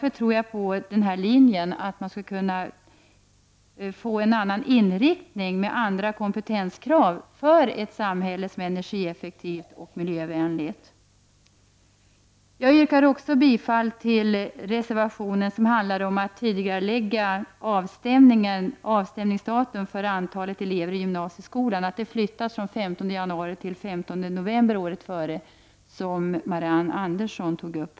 Jag tror att den här linjen skulle få en annan inriktning med ett förändrat kompetenskrav, en inriktning för ett samhälle som är energieffektivt och miljövänligt. Jag yrkar också bifall till reservation 21 i betänkande UbU15 som handlar om att tidigarelägga avstämningsdatum för antalet elever i gymnasieskolan, dvs. att det flyttas från den 15 januari till den 15 november året innan, vilket också Marianne Andersson i Vårgårda tog upp.